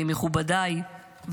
אז מכובדיי,